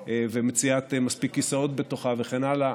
ומציאת מספיק כיסאות בתוכה וכן הלאה,